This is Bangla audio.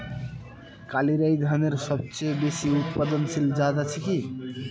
কালিরাই ধানের সবচেয়ে বেশি উৎপাদনশীল জাত আছে কি?